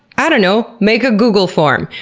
i don't know, make a google form!